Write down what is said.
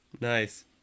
Nice